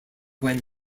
when